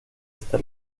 hasta